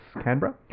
Canberra